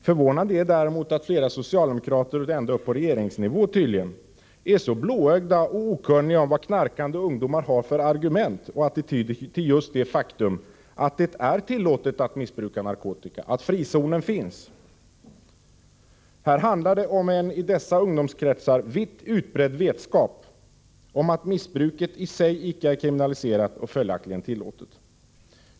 Förvånande är däremot att flera socialdemokrater, ända upp på regeringsnivå tydligen, är så blåögda och okunniga om vad knarkande ungdomar har för argument och attityd till just det faktum att det är tillåtet att missbruka narkotika, att frizonen finns. I dessa ungdomskretsar handlar det om en vitt utbredd vetskap om att missbruket i sig icke är kriminaliserat, och följaktligen tillåtet.